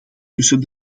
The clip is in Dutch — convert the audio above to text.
tussen